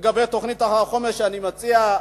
לגבי תוכנית החומש אני מציע,